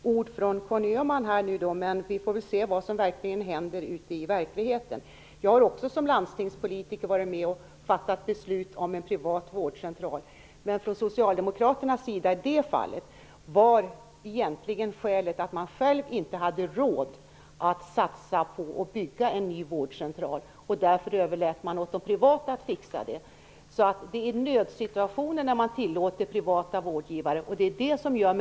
Herr talman! Det var ju lugnande ord från Conny Öhman, men vi får se vad som händer ute i verkligheten. Jag har också som landstingspolitiker varit med och fattat beslut om en privat vårdcentral. I det fallet var skälet från socialdemokratisk sida att man inte hade råd att satsa på att bygga en ny vårdcentral. Därför överlät man åt de privata vårdgivarna att ordna det. Det är alltså i nödsituationer som man har tillåtit privata vårdgivare.